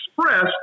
expressed